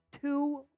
two